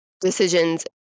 decisions